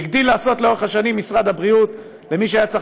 הגדיל לעשות לאורך השנים משרד הבריאות למי שהיה צריך